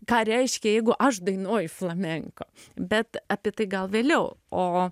ką reiškia jeigu aš dainoju flamenko bet apie tai gal vėliau o